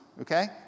Okay